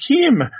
Kim